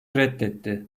reddetti